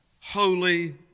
holy